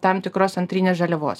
tam tikros antrinės žaliavos